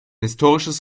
historisches